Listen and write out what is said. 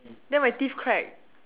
then my teeth crack